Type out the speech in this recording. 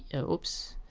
oops.